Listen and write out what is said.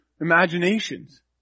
imaginations